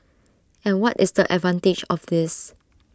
and what is the advantage of this